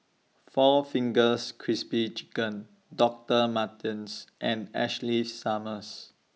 four Fingers Crispy Chicken Doctor Martens and Ashley Summers